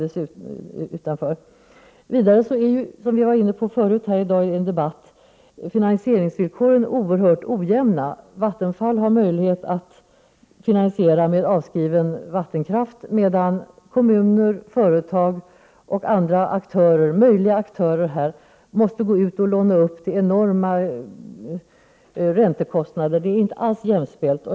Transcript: Vidare är finansieringsvillkoren oerhört ojämna, vilket vi var inne på tidigare i debatten i dag. Vattenfall har möjlighet att finansiera genom att avskriva vattenkraft, medan kommuner, företag och andra aktörer måste låna upp pengar till enorma räntekostnader. De olika aktörerna är alltså inte jämspelta.